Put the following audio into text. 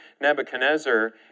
Nebuchadnezzar